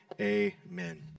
amen